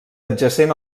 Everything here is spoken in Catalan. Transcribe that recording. adjacent